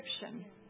description